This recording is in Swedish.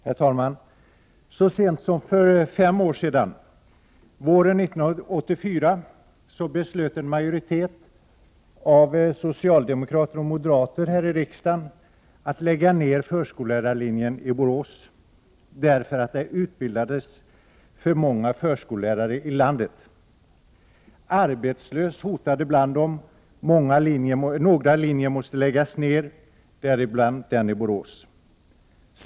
Herr talman! Så sent som för fem år sedan, våren 1984, beslöt en majoritet av socialdemokrater och moderater att lägga ned förskollärarlinjen i Borås därför att det utbildades för många förskollärare i landet. Arbetslöshet hotade bland dem. Några linjer måste läggas ned, däribland den i Borås.